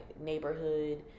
neighborhood